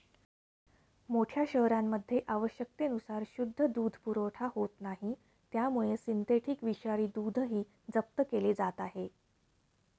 मोठ्या शहरांमध्ये आवश्यकतेनुसार शुद्ध दूध पुरवठा होत नाही त्यामुळे सिंथेटिक विषारी दूधही जप्त केले जात आहे